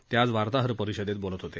ते आज वार्ताहर परिषदेत बोलत होते